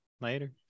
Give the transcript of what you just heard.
later